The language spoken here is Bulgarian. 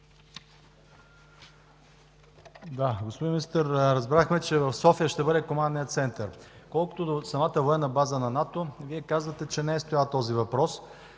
Да, господин Министър, разбрахме, че в София ще бъде командният център. Колкото до самата военна база на НАТО, Вие казвате, че не е стоял този въпрос,